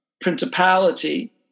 principality